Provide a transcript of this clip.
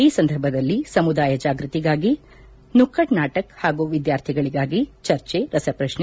ಈ ಸಂದರ್ಭದಲ್ಲಿ ಸಮುದಾಯ ಜಾಗ್ಟಿಗಾಗಿ ನುಕ್ಷಡ್ನಾಟಕ್ ಹಾಗೂ ವಿದ್ವಾರ್ಥಿಗಳಿಗಾಗಿ ಚರ್ಚೆ ರಸಪ್ರಶ್ನೆ